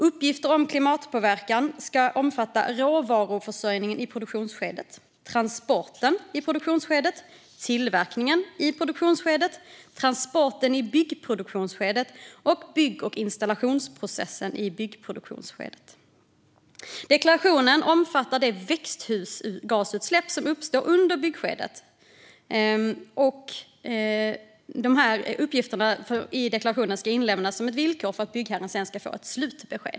Uppgifter om klimatpåverkan ska omfatta råvaruförsörjningen i produktionsskedet, transporten i produktionsskedet, tillverkningen i produktionsskedet, transporten i byggproduktionsskedet och bygg och installationsprocessen i byggproduktionsskedet. Deklarationen omfattar de växthusgasutsläpp som uppstår under byggskedet, och uppgifterna i deklarationen ska inlämnas som ett villkor för att byggherren sedan ska få ett slutbesked.